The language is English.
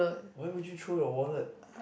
why would you throw the wallet